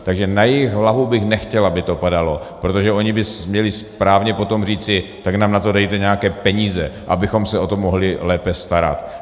Takže na jejich hlavu bych nechtěl, aby to padalo, protože oni by měli správně potom říci: tak nám na to dejte nějaké peníze, abychom se o to mohli lépe starat.